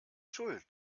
schuld